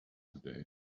today